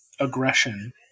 aggression